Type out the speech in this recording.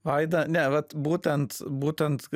vaida ne vat būtent būtent